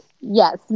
yes